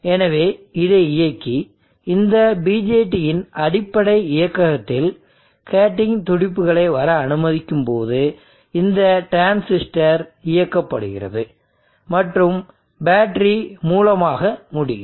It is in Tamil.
எனவே இதை இயக்கி இந்த BJTயின் அடிப்படை இயக்ககத்தில் கேட்டிங் துடிப்புகளை வர அனுமதிக்கும்போது இந்த டிரான்சிஸ்டர் இயக்கப்படுகிறது மற்றும் பேட்டரி மூலமாக முடியும்